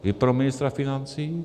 I pro ministra financí?